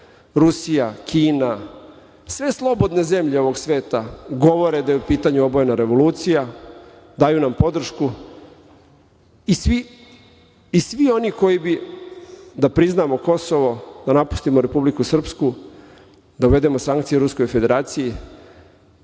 Rusija, Kina, sve slobodne zemlje ovog sveta govore da je u pitanju obojena revolucija, daju nam podršku i svi oni koji bi da priznamo Kosovo, da napustimo Republiku Srpsku, da uvedemo sankcije Ruskoj Federaciji,